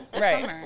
right